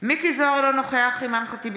מאזן גנאים, אינו נוכח בנימין גנץ,